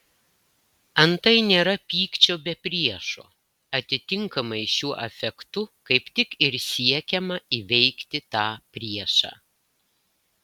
antai nėra pykčio be priešo atitinkamai šiuo afektu kaip tik ir siekiama įveikti tą priešą